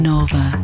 Nova